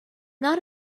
not